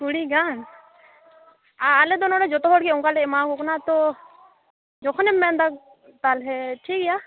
ᱠᱩᱲᱤ ᱜᱟᱱ ᱟᱞᱮ ᱫᱚ ᱱᱚᱸᱰᱮ ᱫᱚ ᱡᱚᱛᱚ ᱦᱚᱲ ᱚᱱᱠᱟ ᱞᱮ ᱮᱢᱟᱣᱟᱠᱚ ᱠᱟᱱᱟ ᱛᱚ ᱡᱚᱠᱷᱚᱱᱮᱢ ᱢᱮᱱᱫᱟ ᱛᱟᱦᱚᱞᱮ ᱴᱷᱤᱠ ᱜᱮᱭᱟ